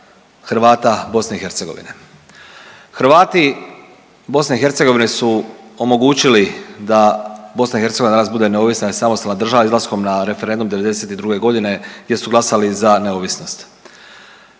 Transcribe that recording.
Hrvata BiH. Hrvati BiH su omogućili da BiH danas bude neovisna i samostalna država izlaskom na referendum '92. godine jer su glasali za neovisnost.